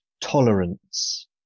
tolerance